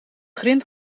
grind